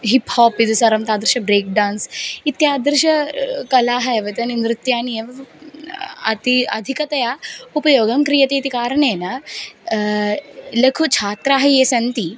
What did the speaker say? hip hop तादृशं break dance इति तादृश कलाः एव तानि नृत्यानि एव अति अधिकतया उपयोगः क्रियते इति कारणेन लघुछात्राः ये सन्ति